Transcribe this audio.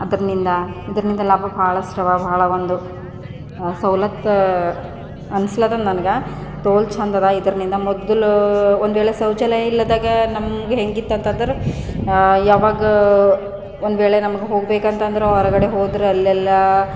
ಅದರಿಂದ ಇದರಿಂದ ಲಾಭ ಬಹಳಷ್ಟಿವೆ ಬಹಳ ಒಂದು ಸವ್ಲತ್ತು ಅನ್ನಿಸ್ಲತ್ತದ ನನ್ಗೆ ತೋಲ್ ಚೆಂದದ ಇದರಿಂದ ಮೊದಲು ಒಂದು ವೇಳೆ ಶೌಚಾಲಯ ಇಲ್ಲದಾಗ ನಮಗೆ ಹೇಗಿತ್ತು ಅಂತಂದ್ರೆ ಯಾವಾಗ ಒಂದು ವೇಳೆ ನಮಗೆ ಹೋಗ್ಬೇಕಂತಂದ್ರೆ ಹೊರಗಡೆ ಹೋದರೆ ಅಲ್ಲೆಲ್ಲ